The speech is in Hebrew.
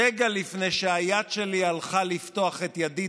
רגע לפני שהיד שלי הלכה לפתוח את ידית